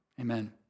Amen